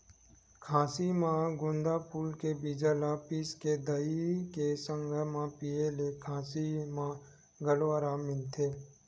खाँसी म गोंदा फूल के बीजा ल पिसके दही के संघरा म पिए ले खाँसी म घलो अराम मिलथे